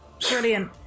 brilliant